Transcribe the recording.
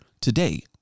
today